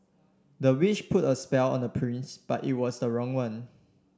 the witch put a spell on the prince but it was the wrong one